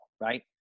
Right